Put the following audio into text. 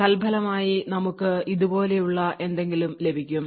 തൽഫലമായി നമുക്ക് ഇതുപോലെയുള്ള എന്തെങ്കിലും ലഭിക്കും